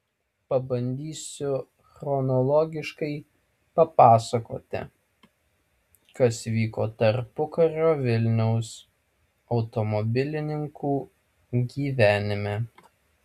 pabandysiu chronologiškai papasakoti kas vyko tarpukario vilniaus automobilininkų gyvenime